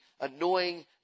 annoying